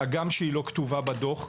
הגם שהיא לא כתובה בדוח,